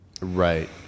right